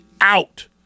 out